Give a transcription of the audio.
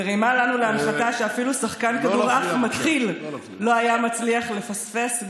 מרימה לנו להנחתה שאפילו שחקן כדורעף מתחיל לא היה מצליח לפספס,